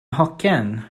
nhocyn